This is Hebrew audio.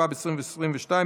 התשפ"ב 2022,